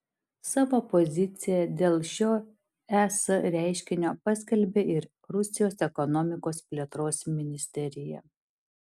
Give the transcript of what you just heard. savo poziciją dėl šio es ieškinio paskelbė ir rusijos ekonomikos plėtros ministerija